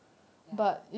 ya